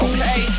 Okay